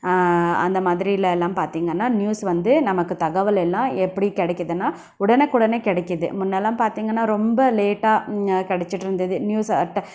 அந்த மாதிரியில எல்லாம் பார்த்திங்கனா நியூஸ் வந்து நமக்கு தகவல் எல்லாம் எப்படி கிடைக்கிதுனா உடனுக்குடனே கிடைக்கிது முன்னெலாம் பார்த்திங்கனா ரொம்ப லேட்டாக ன்ஞ கிடச்சிட்ருந்தது நியூஸ் அட்ட